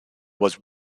was